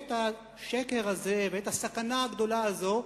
את השקר הזה ואת הסכנה הגדולה הזאת,